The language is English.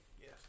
yes